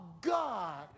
God